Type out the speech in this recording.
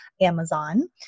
Amazon